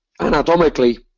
anatomically